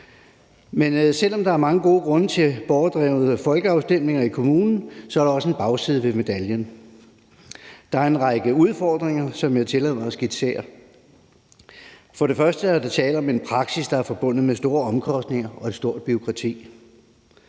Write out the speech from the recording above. det. Selv om der er mange gode grunde til borgerdrevne folkeafstemninger i kommunen, er der også en bagside af medaljen. Der er en række udfordringer, som jeg tillader mig at skitsere. For det første er der tale om en praksis, der er forbundet med store omkostninger og et stort bureaukrati.